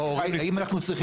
גם שאלה.